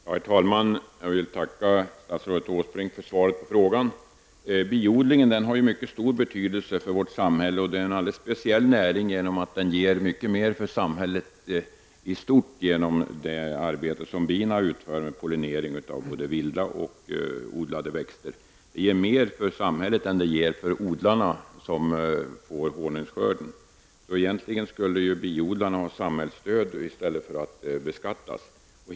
Herr talman! Jag vill tacka statsrådet Erik Åsbrink för svaret på min fråga. Biodling har mycket stor betydelse för vårt samhälle. Den utgör en alldeles speciell näring genom att den ger mycket mer för samhället i stort genom det arbete som bina utför med pollinering av både vilda och odlade växter. Det ger mer för samhället än för biodlarna som får honungsskörden, så egentligen skulle biodlarna ha samhällsstöd i stället för att beskattas.